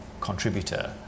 contributor